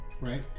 right